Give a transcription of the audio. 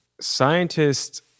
Scientists